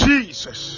Jesus